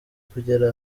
kugera